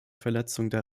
verletzungen